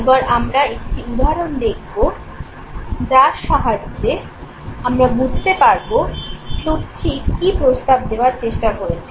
এবার আমরা একটি উদাহরণ দেখব যার সাহায্যে আমরা বুঝতে পারবো প্লুটচিক কী প্রস্তাব দেওয়ার চেষ্টা করছেন